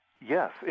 Yes